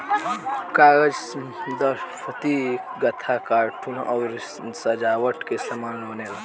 कागज से दफ्ती, गत्ता, कार्टून अउरी सजावट के सामान बनेला